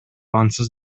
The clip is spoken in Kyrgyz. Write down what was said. ансыз